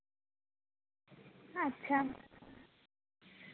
ᱟᱪᱪᱷᱟ